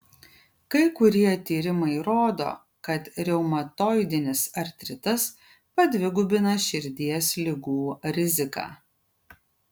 kai kurie tyrimai rodo kad reumatoidinis artritas padvigubina širdies ligų riziką